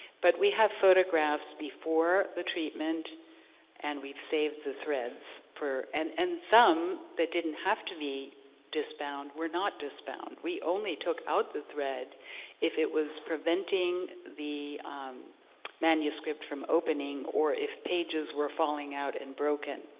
but we have photographs before the treatment and we've saved the threads, and and some that didn't have to be disbound were not disbound. we only took out the thread if it was preventing the manuscript from opening or if pages were falling out and broken.